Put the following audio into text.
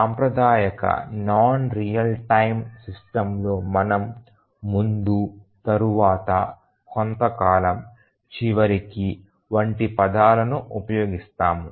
సాంప్రదాయిక non real time సిస్టమ్లో మనం ముందు తరువాత కొంతకాలం చివరికి వంటి పదాలను ఉపయోగిస్తాము